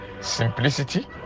simplicity